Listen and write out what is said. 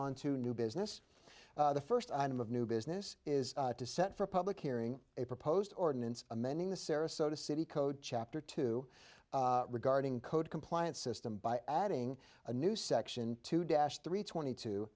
on to new business the first item of new business is to set for a public hearing a proposed ordinance amending the sarasota city code chapter two regarding code compliance system by adding a new section to dash three twenty two